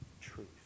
truth